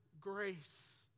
grace